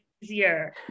easier